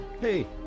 Hey